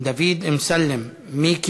דוד אמסלם, לא נמצאים.